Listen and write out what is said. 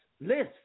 List